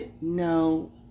No